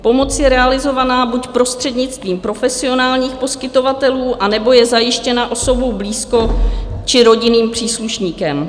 Pomoc je realizována buď prostřednictvím profesionálních poskytovatelů, anebo je zajištěna osobou blízkou či rodinným příslušníkem.